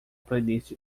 playlist